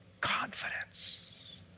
confidence